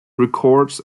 records